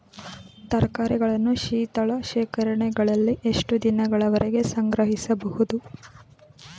ತರಕಾರಿಗಳನ್ನು ಶೀತಲ ಶೇಖರಣೆಗಳಲ್ಲಿ ಎಷ್ಟು ದಿನಗಳವರೆಗೆ ಸಂಗ್ರಹಿಸಬಹುದು?